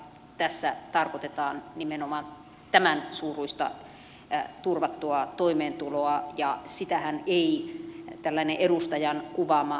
tässä tarkoitetaan nimenomaan tämän suuruista turvattua toimeentuloa ja sitähän ei tällainen edustajan kuvaama